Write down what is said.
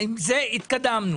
זה התקדמנו.